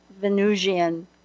Venusian